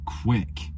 quick